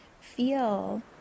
feel